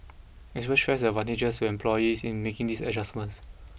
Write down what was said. experts stressed the advantages to employers in making these adjustments